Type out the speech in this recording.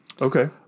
Okay